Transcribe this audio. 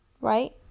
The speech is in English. right